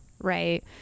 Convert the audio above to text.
right